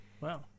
wow